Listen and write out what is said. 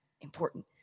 important